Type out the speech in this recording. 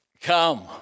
come